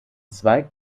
zweig